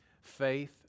faith